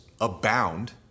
abound